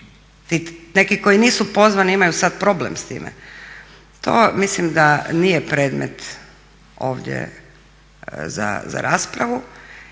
neki koji nisu pozvani imaju sad problem s time to mislim da nije predmet ovdje za raspravu.